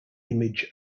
image